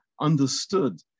understood